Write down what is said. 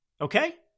Okay